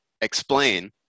explain